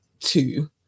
two